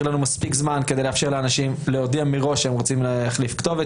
מספיק זמן לאנשים להודיע מראש שהם רוצים להחליף כתובת